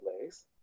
place